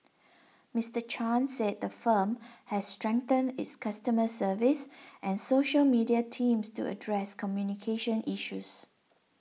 Mister Chan said the firm has strengthened its customer service and social media teams to address communication issues